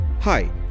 Hi